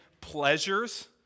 pleasures